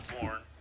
born